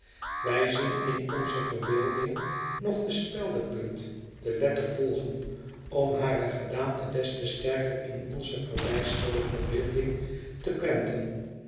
wij zien in onze verbeelding nog de speldepunt de letter volgen om hare gedaante des te sterker in onze verbijsterde verbeelding te prenten